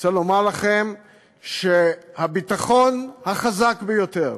אני רוצה לומר לכם שהביטחון החזק ביותר,